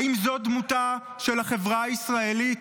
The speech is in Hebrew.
האם זאת דמותה של החברה הישראלית?